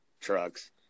trucks